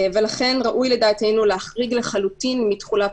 לכן ראוי לדעתנו להחריג לחלוטין מתחולת